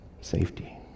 Safety